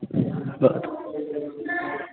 भवतु